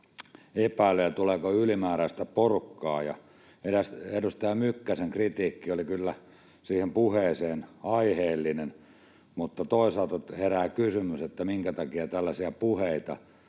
epäilyjä, tuleeko ylimääräistä porukkaa. Edustaja Mykkäsen kritiikki oli kyllä siihen puheeseen aiheellinen, mutta toisaalta herää kysymys, minkä takia tällaisia puheita